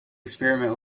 experiment